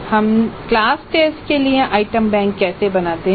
हम class test के लिए आइटम बैंक कैसे बनाते हैं